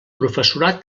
professorat